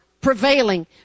Prevailing